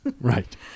Right